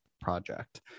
project